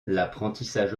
l’apprentissage